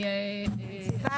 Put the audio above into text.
תני לה